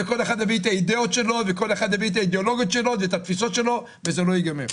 כל אחד יביא את האידיאולוגיות שלו וזה לא ייגמר.